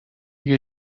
دیگه